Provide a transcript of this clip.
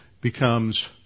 becomes